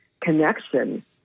connection